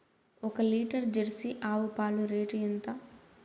ఒక litre Jersey ఆవు పాలు రేటు ఎంత?